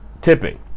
tipping